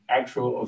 actual